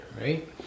right